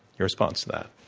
your response to that.